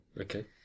Okay